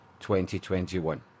2021